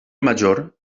major